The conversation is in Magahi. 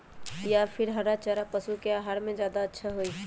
या फिर हरा चारा पशु के आहार में ज्यादा अच्छा होई?